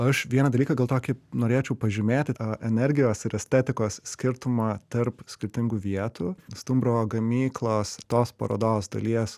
aš vieną dalyką gal tokį norėčiau pažymėti tą energijos ir estetikos skirtumą tarp skirtingų vietų stumbro gamyklos tos parodos dalies